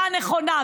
תודה רבה,